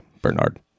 Bernard